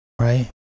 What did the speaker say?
Right